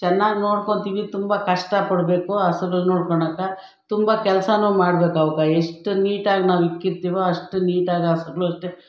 ಚೆನ್ನಾಗ್ ನೋಡ್ಕೊಂತೀವಿ ತುಂಬ ಕಷ್ಟಪಡಬೇಕು ಹಸುಗಳ್ ನೋಡ್ಕೊಳಕ ತುಂಬ ಕೆಲಸ ಮಾಡ್ಬೇಕು ಅವ್ಕೆ ಎಷ್ಟು ನೀಟಾಗಿ ನಾವು ಇಕ್ಕಿರ್ತಿವೋ ಅಷ್ಟು ನೀಟಾಗಿ ಹಸುಗ್ಳು ಅಷ್ಟೇ